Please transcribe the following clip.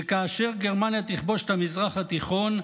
שכאשר גרמניה תכבוש את המזרח התיכון,